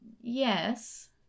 yes